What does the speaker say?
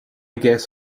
guess